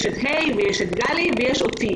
יש את ה' ויש את גלי ויש אותי.